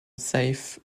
safe